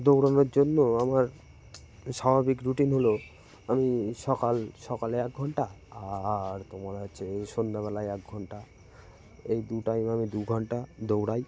দৌড়ানোর জন্য আমার স্বাভাবিক রুটিন হলো আমি সকাল সকালে এক ঘণ্টা আর তোমার হচ্ছে ওই সন্ধেবেলায় এক ঘণ্টা এই দু টাইম আমি দু ঘণ্টা দৌড়াই